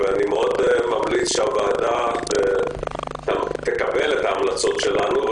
אני ממליץ מאוד שהוועדה תקבל את ההמלצות שלנו.